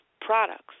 products